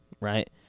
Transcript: right